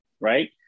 right